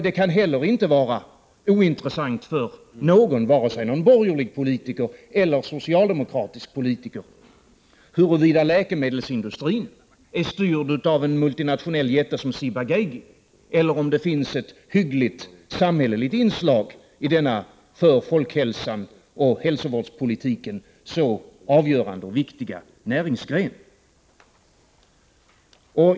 Det kan inte heller vara ointressant för någon — varken någon borgerlig politiker eller någon socialdemokratisk politiker — huruvida läkemedelsindustrin är styrd av en multinationell jätte som Ciba-Geigy eller om det finns ett hyggligt samhälleligt inslag i denna för folkhälsa och hälsovårdspolitik så avgörande och viktiga näringsgren.